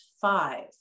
five